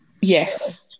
Yes